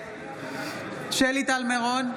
שלי טל מירון,